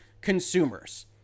consumers